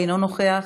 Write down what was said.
אינו נוכח.